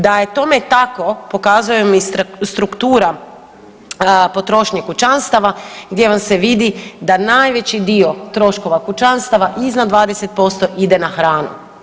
Da je tome tako, pokazuje mi struktura potrošnje kućanstava gdje vam se vidi da najveći dio troškova kućanstava iznad 20% ide na hranu.